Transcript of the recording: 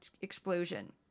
explosion